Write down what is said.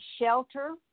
shelter